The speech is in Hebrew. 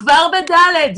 וכבר ב-ה'.